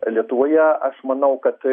lietuvoje aš manau kad